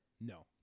No